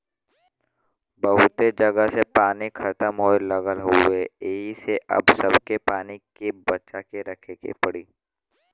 बहुते जगह से पानी खतम होये लगल हउवे एही से अब सबके पानी के बचा के रखे के पड़ी